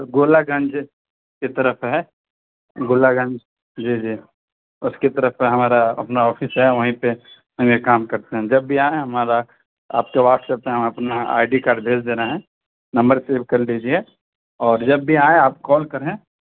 گولا گنج کی طرف ہے گولا گنج جی جی اس کی طرف ہمارا اپنا آفس ہے وہیں پہ ہم یہ کام کرتے ہیں جب بھی آئیں ہمارا آپ کے واٹسیپ پہ ہم اپنا آئی ڈی کارڈ بھیج دے رہے ہیں نمبر سیو کر لیجیے اور جب بھی آئیں آپ کال کریں